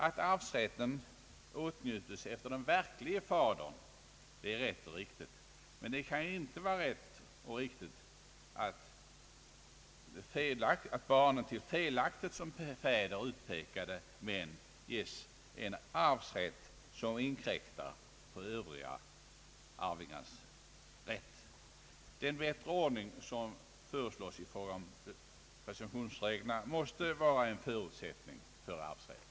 Att arvsrätt åtnjutes efter den verklige fadern är rätt och riktigt, men det kan inte vara rätt och riktigt att barnet till en felaktigt som fader utpekad man ges en arvsrätt som inkräktar på övriga arvingars rätt. Den bättre ordning som föreslås i fråga om presumtionsreglerna, måste vara en förutsättning för arvsrätten.